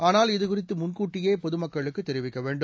ஆனால் இது குறித்து முன்கூட்டியே பொதுமக்களுக்கு தெரிவிக்க வேண்டும்